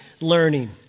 learning